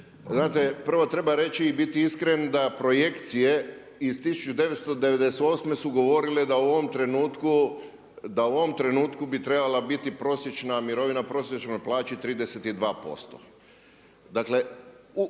Znate prvo treba reći i biti iskren da projekcije iz 1998. su govorile da u ovom trenutku bi trebala biti prosječna mirovina u prosječnoj plaći 32%.